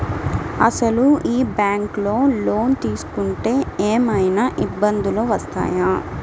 అసలు ఈ బ్యాంక్లో లోన్ తీసుకుంటే ఏమయినా ఇబ్బందులు వస్తాయా?